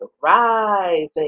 rising